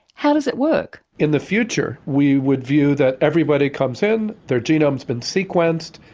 how does it work? in the future, we would view that everybody comes in, their genome's been sequenced,